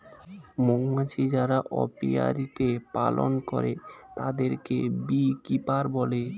মৌমাছি যারা অপিয়ারীতে পালন করে তাদেরকে বী কিপার বলে